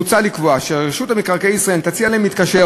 מוצע לקבוע שרשות מקרקעי ישראל תציע להם להתקשר